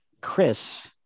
Chris